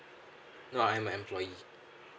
no I'm employee